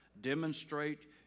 demonstrate